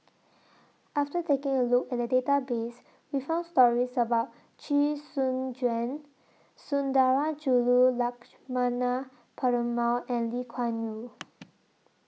after taking A Look At The Database We found stories about Chee Soon Juan Sundarajulu Lakshmana Perumal and Lee Kuan Yew